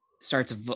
starts